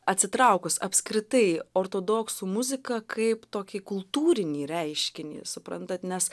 atsitraukus apskritai ortodoksų muziką kaip tokį kultūrinį reiškinį suprantat nes